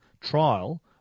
trial